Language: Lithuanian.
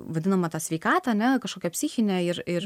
vadinamą tą sveikatą ane kažkokią psichinę ir ir